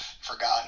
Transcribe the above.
forgotten